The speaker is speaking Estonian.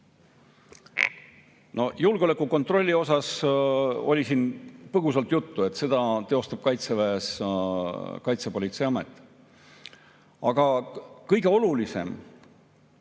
Julgeolekukontrollist oli siin põgusalt juttu, et seda teostab Kaitseväes Kaitsepolitseiamet.